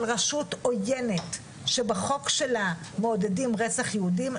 רשות עויינת שבחוק שלה מעודדים רצח יהודים,